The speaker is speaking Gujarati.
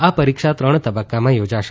આ પરીક્ષા ત્રણ તબક્કામાં યોજાશે